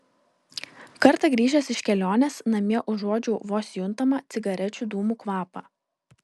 kartą grįžęs iš kelionės namie užuodžiau vos juntamą cigarečių dūmų kvapą